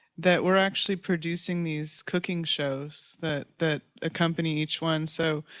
that we're actually producing these cooking shows that that accompany each one so.